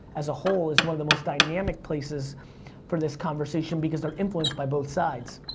as a whole, is one of the most dynamic places for this conversation, because they're influenced by both sides,